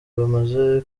bamaze